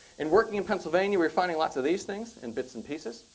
in working in pennsylvania we were finding lots of these things in bits and pieces,